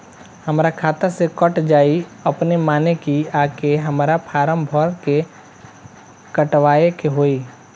हमरा खाता से कट जायी अपने माने की आके हमरा फारम भर के कटवाए के होई?